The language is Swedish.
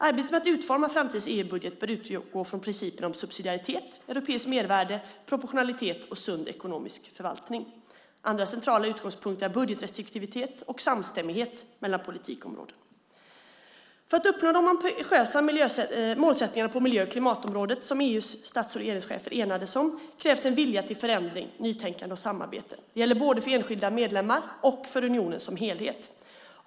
Arbetet med att utforma framtidens EU-budget bör utgå från principerna om subsidiaritet, europeiskt mervärde, proportionalitet och sund ekonomisk förvaltning. Andra centrala utgångspunkter är budgetrestriktivitet och samstämmighet mellan politikområden. För att uppnå de ambitiösa målsättningar på miljö och klimatområdet som EU:s stats och regeringschefer enades om krävs en vilja till förändring, nytänkande och samarbete. Det gäller både för enskilda medlemmar och för unionen som helhet.